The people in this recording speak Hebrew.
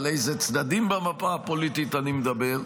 על איזה צדדים במפה הפוליטית אני מדבר.